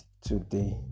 today